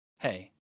Hey